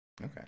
Okay